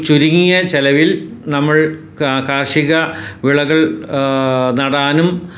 ചുരുങ്ങിയ ചിലവിൽ നമ്മൾ കാർഷിക വിളകൾ നടാനും